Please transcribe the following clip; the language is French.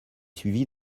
suivi